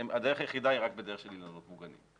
הדרך היחידה היא רק בדרך של אילנות מוגנים.